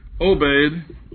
obeyed